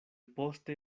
poste